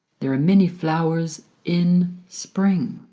there are many flowers in spring.